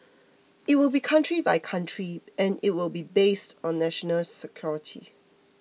it will be country by country and it will be based on national security